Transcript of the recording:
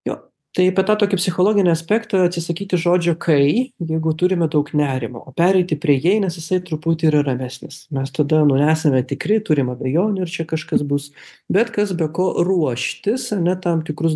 jo tai apie tą tokį psichologinį aspektą atsisakyti žodžio kai jeigu turime daug nerimo pereiti prie jei nes jisai truputį yra ramesnis mes tada nu esame tikri turim abejonių ar čia kažkas bus bet kas be ko ruoštis ane tam tikrus